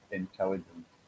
intelligence